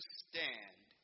stand